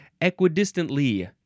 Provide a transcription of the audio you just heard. Equidistantly